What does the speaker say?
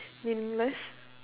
meaningless